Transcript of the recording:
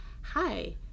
hi